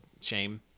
shame